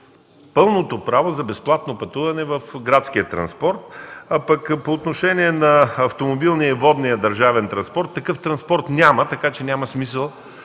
пълното право за безплатно пътуване в градския транспорт. По отношение на автомобилния и водния държавен транспорт – такъв транспорт няма, така че няма нужда